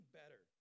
better